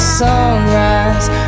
sunrise